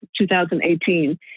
2018